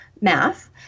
math